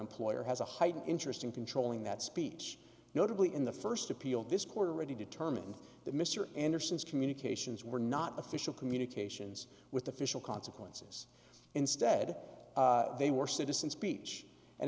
employer has a heightened interest in controlling that speech notably in the first appeal this quarter ready determined that mr anderson's communications were not official communications with official consequences instead they were citizen speech and